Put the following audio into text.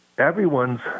everyone's